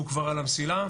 הוא כבר על המסילה,